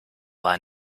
war